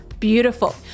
Beautiful